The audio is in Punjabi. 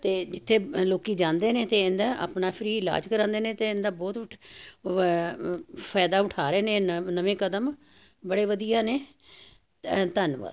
ਅਤੇ ਜਿੱਥੇ ਲੋਕੀ ਜਾਂਦੇ ਨੇ ਅਤੇ ਇਹਦਾ ਆਪਣਾ ਫਰੀ ਇਲਾਜ ਕਰਾਉਂਦੇ ਨੇ ਅਤੇ ਇਹਦਾ ਬਹੁਤ ਵ ਫਾਇਦਾ ਉਠਾ ਰਹੇ ਨੇ ਨ ਨਵੇਂ ਕਦਮ ਬੜੇ ਵਧੀਆ ਨੇ ਧੰਨਵਾਦ